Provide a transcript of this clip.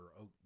oak